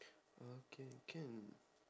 okay can